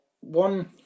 one